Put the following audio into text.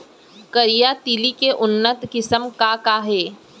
करिया तिलि के उन्नत किसिम का का हे?